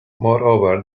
moreover